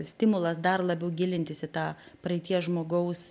stimulas dar labiau gilintis į tą praeities žmogaus